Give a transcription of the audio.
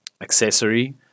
accessory